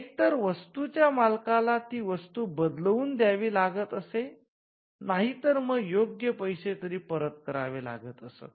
एकतर वस्तूच्या मालकाला ती वस्तू बदलवुन द्यावी लागत असे नाही तर मग योग्य पैसे तरी परत करावे लागत असत